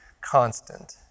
constant